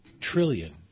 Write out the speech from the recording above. trillion